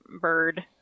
bird